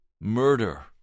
murder